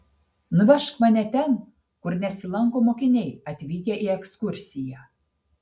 nuvežk mane ten kur nesilanko mokiniai atvykę į ekskursiją